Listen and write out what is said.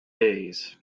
days